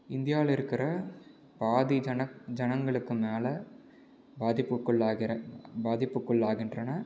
இந்தியாவில்இருக்கிற பாதி ஜனங் ஜனங்களுக்கும் மேலே பாதிப்புக்குள்ளாகிற பாதிப்புக்குள்ளாகின்றன